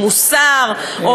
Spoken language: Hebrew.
מוסריות,